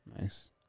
Nice